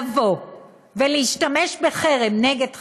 להשתמש בחרם נגד חרם,